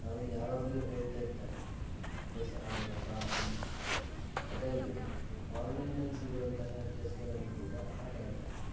ಅವನು ಯಾವಾಗಲೂ ಹೇಳ್ತಾ ಇರ್ತಾನೆ ಚೆಸ್ ಆಡೋಣ ಬಾ ಅಂತ ಅದಲ್ಲದೆ ಆನ್ಲೈನಲ್ಲಿ ಸಿಗುವಂತಹ ಚೆಸ್ಗಳನ್ನು ಕೂಡ ಆಟಾಡ್ತಾನೆ ಅವನು